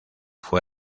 fue